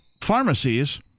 pharmacies